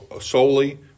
solely